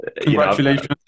Congratulations